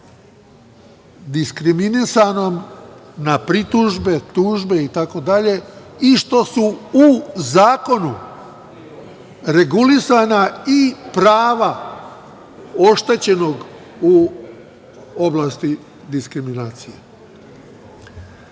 diskriminisanom na pritužbe, tužbe, itd. i što su u zakonu regulisana i prava oštećenog u oblasti diskriminacije. Na